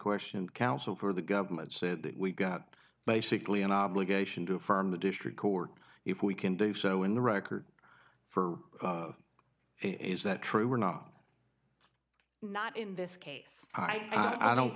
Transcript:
question counsel for the government said that we've got basically an obligation to firm the district court if we can do so in the record for it is that true or not not in this case i